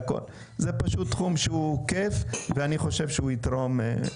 זה תחום שהוא כייף ואני חושב שהוא יתרום.